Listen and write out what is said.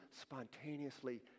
spontaneously